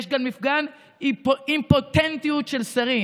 יש כאן מפגן אימפוטנטיות של שרים"